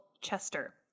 Chester